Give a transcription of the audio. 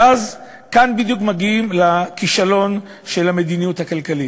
ואז כאן בדיוק מגיעים לכישלון של המדיניות הכלכלית.